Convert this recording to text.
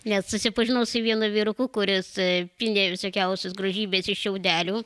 net susipažinau su vienu vyruku kuris pynė visokiausias grožybės iš šiaudelių